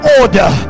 order